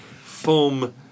foam